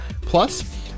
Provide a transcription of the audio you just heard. Plus